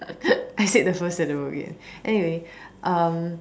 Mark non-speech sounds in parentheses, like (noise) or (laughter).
(laughs) I said that first syllable again anyway um